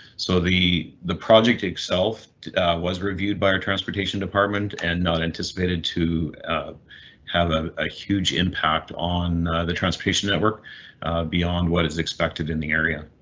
so the the project itself was reviewed by our transportation department and not anticipated to have. a ah huge impact on the transportation network beyond what is expected in the area.